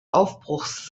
aufbruchs